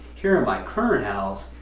here in my current house,